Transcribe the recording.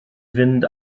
fynd